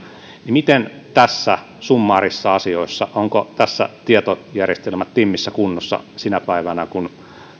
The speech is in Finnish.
miten on näissä summaarisissa asioissa ovatko näissä tietojärjestelmät timmissä kunnossa sinä päivänä kun